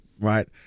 right